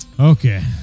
Okay